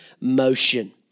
motion